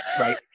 right